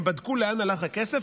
הם בדקו לאן הלך הכסף,